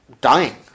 dying